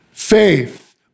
Faith